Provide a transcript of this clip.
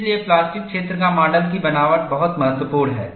इसलिए प्लास्टिक क्षेत्र का मॉडल की बनावट बहुत महत्वपूर्ण है